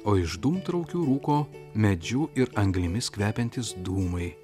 o iš dūmtraukių rūko medžių ir anglimis kvepiantys dūmai